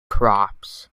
crops